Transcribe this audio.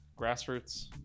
grassroots